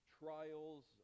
trials